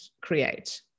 create